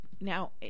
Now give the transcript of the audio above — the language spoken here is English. Now